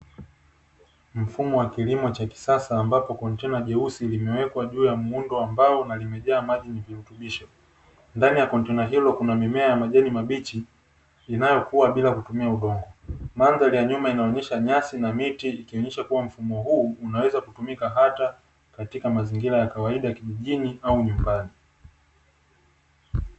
Mfumo wa kilimo cha kisasa ambapo kontena jeusi limewekwa juu ya muundo wa mbao na limejaa maji yenye virutubisho. Ndani ya kontena hilo kuna mimea ya majani mabichi inayokuwa bila kutumia udongo. Mandhari ya nyuma inaonyesha nyasi na miti, ikionyesha kuwa mfumo huu unaweza kutumika hata katika mazingira ya kawaida kijijini au nyumbani.